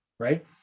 Right